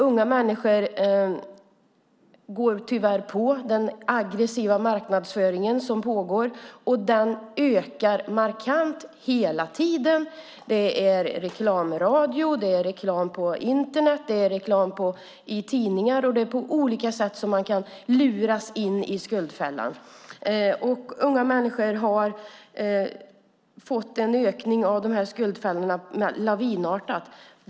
Unga människor går tyvärr på den aggressiva marknadsföring som pågår, och den ökar markant hela tiden. Det är reklam i radio, på Internet och i tidningar. På olika sätt kan man luras in i skuldfällan. Andelen unga människor i skuldfällan har ökat lavinartat.